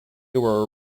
were